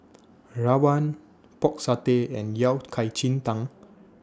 Rawon Pork Satay and Yao Cai Ji Tang